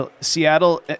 Seattle